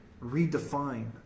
redefine